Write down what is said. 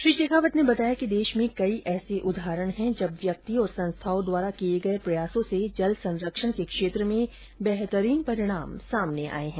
श्री शेखावत ने बताया कि देष में कई ऐसे उदहारण है जब व्यक्ति और संस्थाओं द्वारा किये गये प्रयासों से जल संरक्षण के क्षेत्र में बेहतरीन परिणाम सामने आये हैं